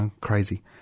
crazy